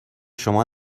شما